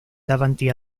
davanti